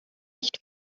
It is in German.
nicht